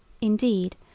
Indeed